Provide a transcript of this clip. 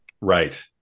Right